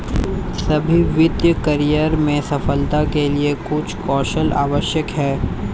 सभी वित्तीय करियर में सफलता के लिए कुछ कौशल आवश्यक हैं